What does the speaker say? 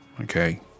Okay